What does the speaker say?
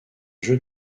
jeu